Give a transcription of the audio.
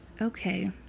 Okay